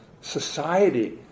society